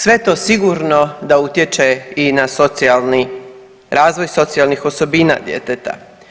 Sve to sigurno da utječe i na socijalni razvoj socijalnih osobina djeteta.